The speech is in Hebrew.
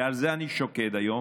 ועל זה אני שוקד היום,